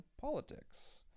Politics